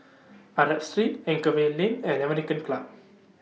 Street Anchorvale Lane and American Club